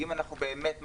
אם אנחנו באמת מאמינים,